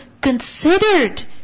considered